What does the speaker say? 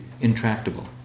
intractable